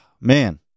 Man